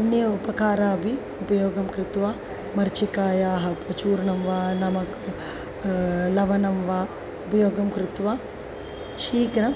अन्य उपकरणानाम् अपि उपयोगं कृत्वा मरीचिकायाः चूर्णं वा नमक् लवणं वा उपयोगं कृत्वा शीघ्रं